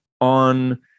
on